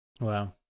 Wow